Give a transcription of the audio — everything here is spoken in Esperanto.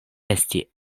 esti